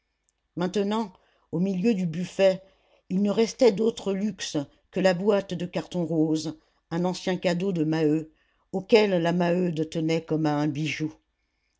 maintenant au milieu du buffet il ne restait d'autre luxe que la boîte de carton rose un ancien cadeau de maheu auquel la maheude tenait comme à un bijou